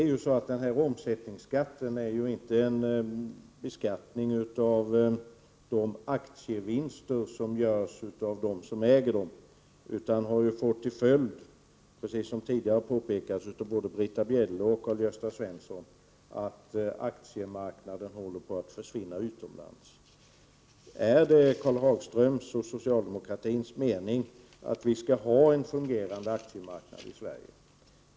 Den omsättningsskatten är inte en beskattning av aktievinster som görs av dem som äger aktierna. Som tidigare påpekats av både Britta Bjelle och Karl-Gösta Svenson, har den här beskattningen fått till följd att aktiemarknaden håller på att försvinna utomlands. Är det Karl Hagströms och socialdemokratins mening att vi skall ha en fungerande aktiemarknad i Sverige?